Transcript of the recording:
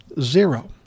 Zero